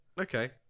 Okay